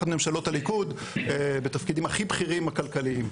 ממשלות הליכוד בתפקידים הכי בכירים הכלכליים.